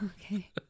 okay